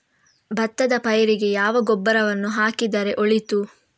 ಭತ್ತದ ಪೈರಿಗೆ ಯಾವಾಗ ಗೊಬ್ಬರವನ್ನು ಹಾಕಿದರೆ ಒಳಿತು?